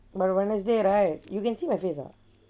but wednesday right you can see my face ah